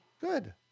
Good